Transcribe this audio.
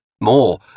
More